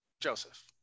Joseph